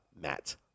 Matt